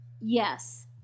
Yes